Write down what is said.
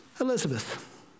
Elizabeth